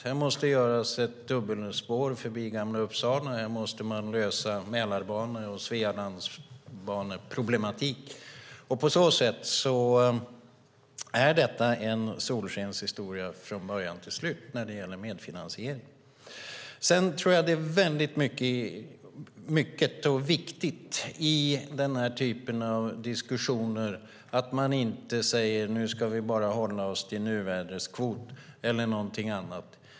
Här måste göras ett dubbelspår förbi Gamla Uppsala, och här måste man lösa problematiken med Mälarbanan och Svealandsbanan. På så sätt är detta en solskenshistoria från början till slut när det gäller medfinansiering. Jag tror att det är viktigt att man i denna typ av diskussioner inte säger att vi nu bara ska hålla oss till nuvärdeskvot eller någonting annat.